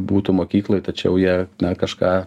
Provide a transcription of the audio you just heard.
būtų mokykloj tačiau jie kažką